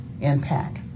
impact